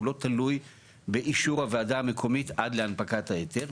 לא תלוי באישור הוועדה המקומית עד להנפקת ההיתר,